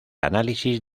análisis